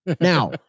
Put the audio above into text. Now